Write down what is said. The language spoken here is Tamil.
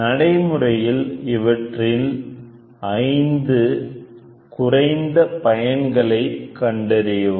நடைமுறையில் இவற்றின் ஐந்து குறைந்த பயன்களை கண்டறியவும்